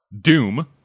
Doom